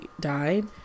died